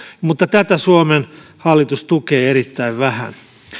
mutta tätä suomen hallitus tukee erittäin vähän